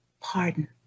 pardon